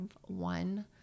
one